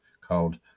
called